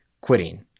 quitting